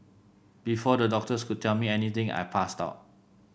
before the doctors could tell me anything I passed out